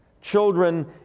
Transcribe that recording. Children